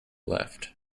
left